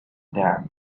them